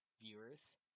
viewers